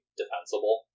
defensible